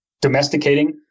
domesticating